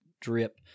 drip